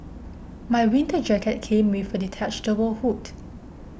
my winter jacket came with a detachable hood